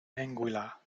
anguilla